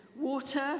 water